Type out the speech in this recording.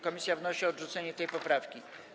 Komisja wnosi o odrzucenie tej poprawki.